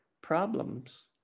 problems